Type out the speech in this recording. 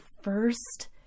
first